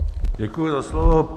Děkuji za slovo.